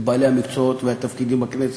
בעלי המקצועות והתפקידים בכנסת,